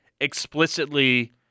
explicitly